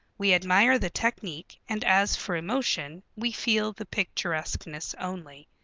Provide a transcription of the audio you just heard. we admire the technique, and as for emotion, we feel the picturesqueness only.